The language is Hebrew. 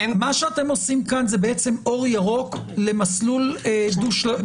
מה שאתם עושים כאן זה אור ירוק למסלול מקביל.